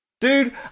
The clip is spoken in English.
dude